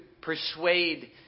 persuade